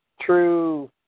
true